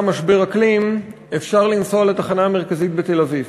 משבר אקלים אפשר לנסוע לתחנה המרכזית בתל-אביב